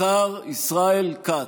השר ישראל כץ.